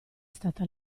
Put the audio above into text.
stata